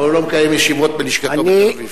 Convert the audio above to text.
אבל הוא לא מקיים ישיבות בלשכתו בתל-אביב.